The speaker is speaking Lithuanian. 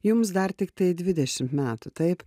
jums dar tiktai dvidešimt metų taip